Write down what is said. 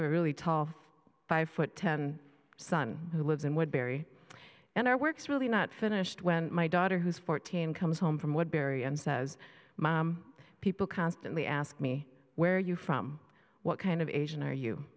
have a really tall five foot ten son who lives in woodbury and our works really not finished when my daughter who's fourteen comes home from what barry and says my people constantly ask me where you're from what kind of asian are you